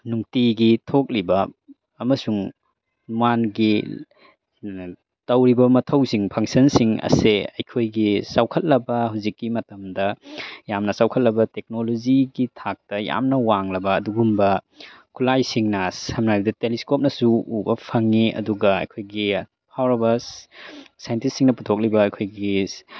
ꯅꯨꯡꯇꯤꯒꯤ ꯊꯣꯛꯂꯤꯕ ꯑꯃꯁꯨꯡ ꯇꯧꯔꯤꯕ ꯃꯊꯧꯁꯤꯡ ꯐꯪꯁꯟꯁꯤꯡ ꯑꯁꯦ ꯑꯩꯈꯣꯏꯒꯤ ꯆꯥꯎꯈꯠꯂꯕ ꯍꯧꯖꯤꯛꯀꯤ ꯃꯇꯝꯗ ꯌꯥꯝꯅ ꯆꯥꯎꯈꯠꯂꯕ ꯇꯦꯛꯅꯣꯂꯣꯖꯤꯒꯤ ꯊꯥꯛꯇ ꯌꯥꯝꯅ ꯋꯥꯡꯂꯕ ꯑꯗꯨꯒꯨꯝꯕ ꯈꯨꯠꯂꯥꯏꯁꯤꯡꯅ ꯁꯝꯅ ꯍꯥꯏꯔꯕꯗ ꯇꯦꯂꯦꯁꯀꯣꯞꯅꯁꯨ ꯎꯕ ꯐꯪꯉꯤ ꯑꯗꯨꯒ ꯑꯩꯈꯣꯏꯒꯤ ꯐꯥꯎꯔꯕ ꯁꯥꯏꯟꯇꯤꯁꯁꯤꯡꯅ ꯄꯨꯊꯣꯛꯂꯤꯕ ꯑꯩꯈꯣꯏꯒꯤ